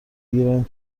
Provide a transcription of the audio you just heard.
بگیریم